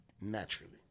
naturally